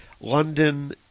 London